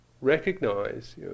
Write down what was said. recognize